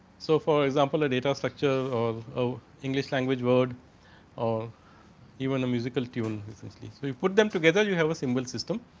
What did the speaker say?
so, for example, a data structure or english language would or he one musical tune essentially. so, you put them together you have a symbol system.